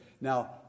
Now